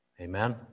Amen